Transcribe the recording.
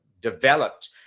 developed